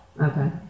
Okay